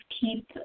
keep